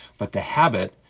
but the habit,